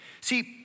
See